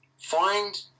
Find